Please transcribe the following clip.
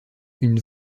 une